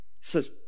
says